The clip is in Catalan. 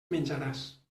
menjaràs